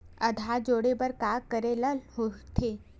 आधार जोड़े बर का करे ला होथे?